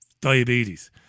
diabetes